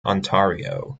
ontario